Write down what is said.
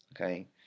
Okay